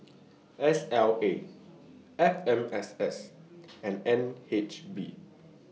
S L A F M S S and N H B